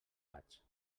vaig